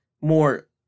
more